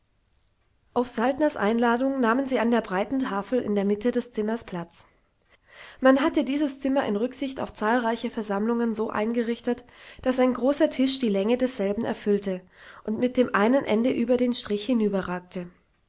auf saltners einladung nahmen sie an der breiten tafel in der mitte des zimmers platz man hatte dieses zimmer in rücksicht auf zahlreiche versammlungen so eingerichtet daß ein großer tisch die länge desselben erfüllte und mit dem einen ende über den strich